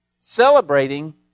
Celebrating